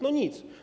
No nic.